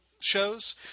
shows